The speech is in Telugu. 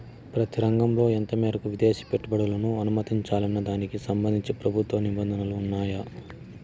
ప్రతి రంగంలో ఎంత మేరకు విదేశీ పెట్టుబడులను అనుమతించాలన్న దానికి సంబంధించి ప్రభుత్వ నిబంధనలు ఉన్నాయా?